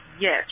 yes